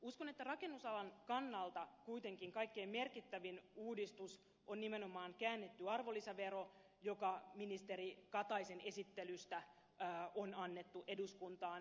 uskon että rakennusalan kannalta kuitenkin kaikkein merkittävin uudistus on nimenomaan käännetty arvonlisävero joka ministeri kataisen esittelystä on annettu eduskuntaan